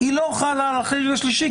היא לא חלה על החריג השלישי,